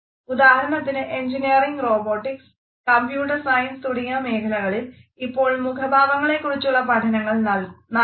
ഉദാഹരണത്തിന് engineering robotics computer science തുടങ്ങിയ മേഖലകളിൽ ഇപ്പോൾ മുഖഭാവങ്ങളെക്കുറിച്ചുള്ള പഠനങ്ങൾ നടക്കുന്നു